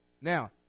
Now